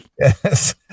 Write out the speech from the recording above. Yes